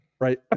right